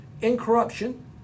incorruption